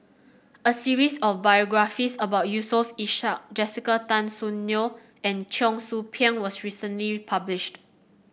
a series of biographies about Yusof Ishak Jessica Tan Soon Neo and Cheong Soo Pieng was recently published